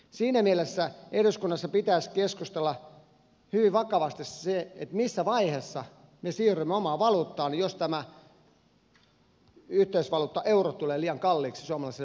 siinä mielessä eduskunnassa pitäisi keskustella hyvin vakavasti siitä missä vaiheessa me siirrymme omaan valuuttaan jos tämä yhteisvaluutta euro tulee liian kalliiksi suomalaisille veronmaksajille